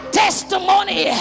testimony